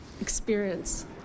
experience